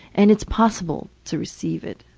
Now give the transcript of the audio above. and it's possible to receive it.